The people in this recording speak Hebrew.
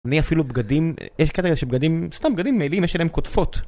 אני אפילו בגדים, יש קטע שבגדים, סתם בגדים מעילים, יש עליהם כותפות